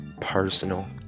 personal